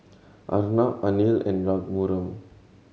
Arnab Anil and Raghuram